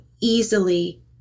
easily